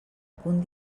punt